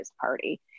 party